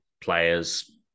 players